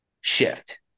shift